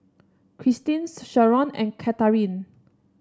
Kristin Sherron and Catharine